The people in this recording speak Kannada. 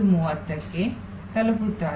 30 ಕ್ಕೆ ತಲುಪುತ್ತಾರೆ